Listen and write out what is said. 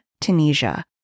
Tunisia